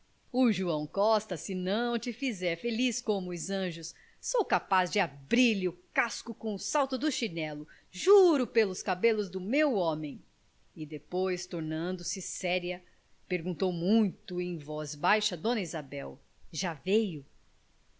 beijo o joão costa se não te fizer feliz como os anjos sou capaz de abrir-lhe o casco com o salto do chinelo juro pelos cabelos do meu homem e depois tornando-se séria perguntou muito em voz baixa a dona isabel já veio